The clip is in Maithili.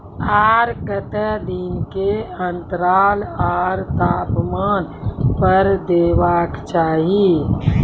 आर केते दिन के अन्तराल आर तापमान पर देबाक चाही?